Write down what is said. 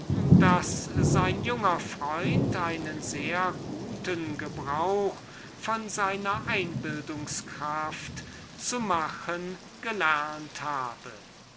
daß sein junger freund einen sehr guten gebrauch von seiner einbildungskraft zu machen gelernt habe